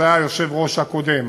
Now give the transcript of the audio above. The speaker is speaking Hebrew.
שהיה היושב-ראש הקודם,